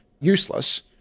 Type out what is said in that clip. useless